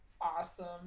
awesome